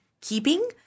keeping